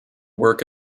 work